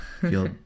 feel